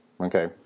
Okay